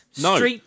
No